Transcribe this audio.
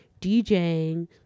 DJing